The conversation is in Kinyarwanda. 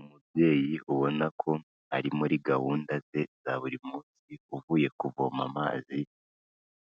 Umubyeyi ubona ko ari muri gahunda ze za buri munsi uvuye kuvoma amazi,